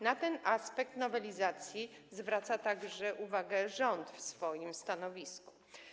Na ten aspekt nowelizacji zwraca uwagę także rząd w swoim stanowisku.